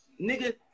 nigga